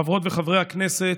חברות וחברי הכנסת,